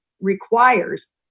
requires